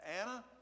Anna